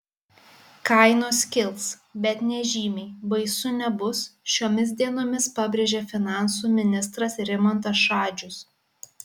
kainos kils bet nežymiai baisu nebus šiomis dienomis pabrėžė finansų ministras rimantas šadžius